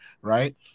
right